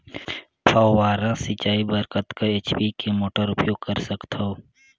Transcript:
फव्वारा सिंचाई बर कतका एच.पी के मोटर उपयोग कर सकथव?